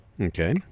Okay